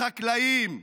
לחקלאים,